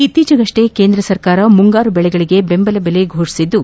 ಇತ್ತೀಚೆಗಷ್ಟೇ ಕೇಂದ್ರ ಸರ್ಕಾರ ಮುಂಗಾರು ಬೆಳೆಗಳಿಗೆ ಬೆಂಬಲ ಬೆಲೆ ಘೋಷಿಸಿದ್ದು